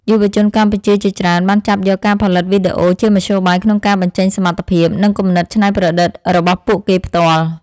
យុវជនកម្ពុជាជាច្រើនបានចាប់យកការផលិតវីដេអូជាមធ្យោបាយក្នុងការបញ្ចេញសមត្ថភាព និងគំនិតច្នៃប្រឌិតរបស់ពួកគេផ្ទាល់។